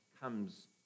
comes